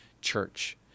church